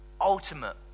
ultimate